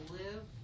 live